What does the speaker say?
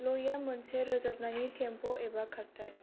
लयआ मोनसे रोजाबनायनि टेम्प' एबा खारथाइ